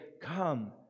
come